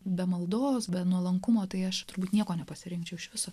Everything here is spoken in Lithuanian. be maldos be nuolankumo tai aš turbūt nieko nepasirinkčiau iš viso